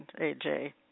AJ